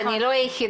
אני לא היחידה.